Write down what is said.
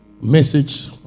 message